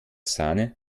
sahne